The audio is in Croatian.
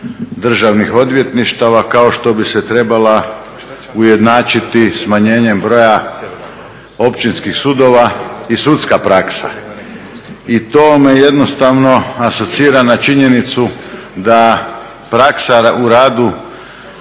državnih odvjetništava kao što bi se trebala ujednačiti smanjenjem broja općinskih sudova i sudska praksa. I to me jednostavno asocira na činjenicu da praksa u radu